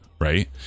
right